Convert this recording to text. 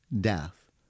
death